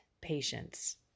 patience